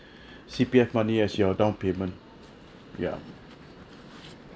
C_P_F money as your down payment ya